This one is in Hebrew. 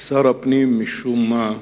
ושר הפנים, משום מה,